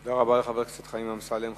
תודה רבה לחבר הכנסת חיים אמסלם.